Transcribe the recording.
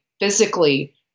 physically